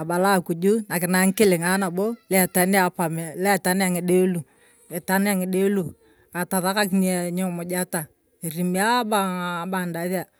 abalaa akuju nakina ng’ikilingaa luechania ng’ide io lietania ng’ide io atasakak niimujeta arimio ng’abandazia.